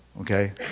okay